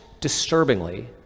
disturbingly